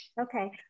Okay